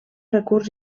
recurs